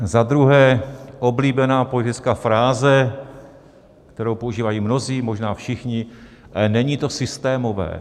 Za druhé, oblíbená politická fráze, kterou používají mnozí, možná všichni: není to systémové.